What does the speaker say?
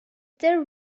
there